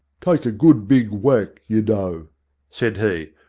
take a good big whack, you know said he,